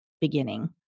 beginning